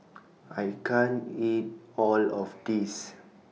I can't eat All of This